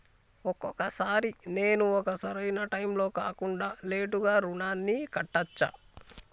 ఒక్కొక సారి నేను ఒక సరైనా టైంలో కాకుండా లేటుగా రుణాన్ని కట్టచ్చా?